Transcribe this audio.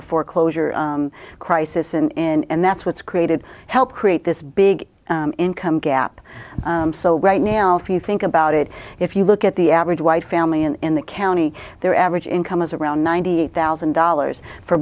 the foreclosure crisis in and that's what's created helped create this big income gap so right now if you think about it if you look at the average white family in the county their average income is around ninety eight thousand dollars for